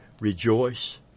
rejoice